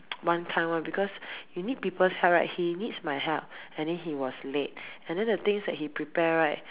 one kind [one] because you need people's help right he needs my help and then he was late and then the things that he prepare right